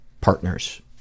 partners